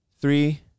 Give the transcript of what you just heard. three